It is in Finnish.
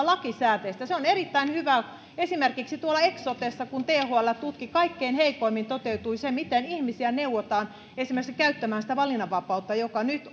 lakisääteistä se on erittäin hyvä esimerkiksi eksotessa kun thl tutki toteutui kaikkein heikoimmin se miten ihmisiä neuvotaan esimerkiksi käyttämään sitä valinnanvapautta joka nyt